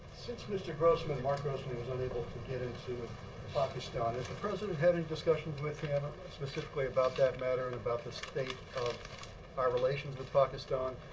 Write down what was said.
since mr. grossman, mark grossman, was unable to get into pakistan, has the president had any discussions with him ah specifically about that matter and about the state of our relations with pakistan?